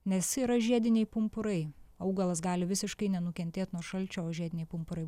nes yra žiediniai pumpurai augalas gali visiškai nenukentėt nuo šalčio o žiediniai pumpurai